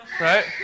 Right